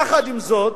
יחד עם זאת,